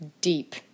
deep